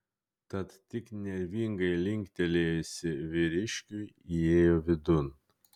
tad tik nervingai linktelėjusi vyriškiui įėjo vidun